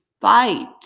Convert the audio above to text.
fight